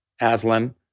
Aslan